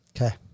Okay